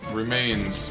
remains